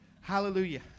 hallelujah